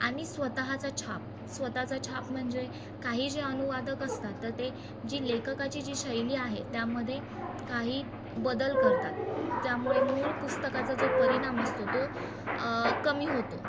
आणि स्वतःचा छाप स्वताःचा छाप म्हणजे काही जे अनुवादक असतात तर ते जी लेखकाची जी शैली आहे त्यामधे काही बदल करतात त्यामुळे मूळ पुस्तकाचा जो परिणाम असतो तो आ कमी होतो